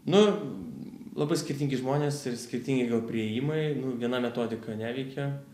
nu labai skirtingi žmonės ir skirtingi gal priėjimai nu viena metodika neveikia